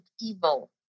evil